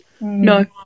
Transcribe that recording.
no